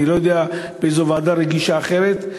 אני לא יודע באיזו ועדה רגישה אחרת,